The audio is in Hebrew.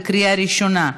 בקריאה ראשונה.